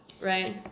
right